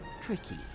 tricky